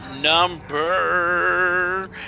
number